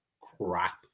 crap